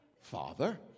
Father